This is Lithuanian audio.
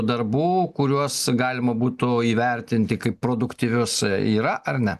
darbų kuriuos galima būtų įvertinti kaip produktyvius yra ar ne